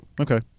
Okay